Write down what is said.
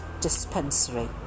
dispensary